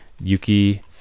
Yuki